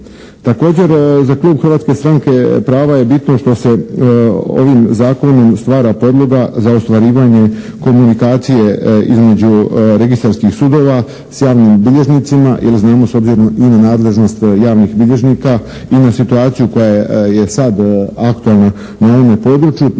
Također za klub Hrvatske stranke prava je bitno što se ovim zakonom stvara podloga za ostvarivanje komunikacije između registarskih sudova sa javnim bilježnicima, jer znao s obzirom i na nadležnost javnih bilježnika i na situacija koja je sad aktualna na ovome području.